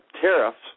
tariffs